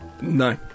No